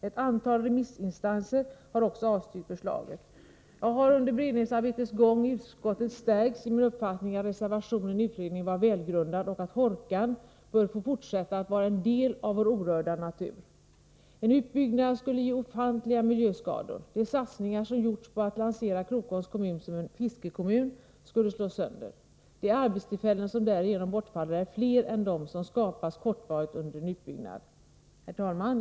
Ett antal remissinstanser har också avstyrkt förslaget. Jag har under beredningsarbetets gång i utskottet stärkts i min uppfattning att reservationen i utredningen var välgrundad och att Hårkan bör få fortsätta att vara en del av vår orörda natur. En utbyggnad skulle ge ofantliga miljöskador. De satsningar som gjorts på att lansera Krokoms kommun som en ”fiskekommun” skulle slås sönder. De arbetstillfällen som därigenom bortfaller är fler än de som skapas kortvarigt under en utbyggnad. Herr talman!